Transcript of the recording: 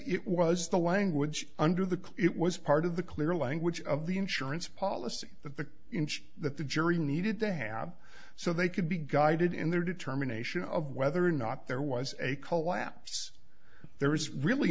it was the language under the it was part of the clear language of the insurance policy that the inch that the jury needed to have so they could be guided in their determination of whether or not there was a collapse there is really